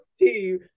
team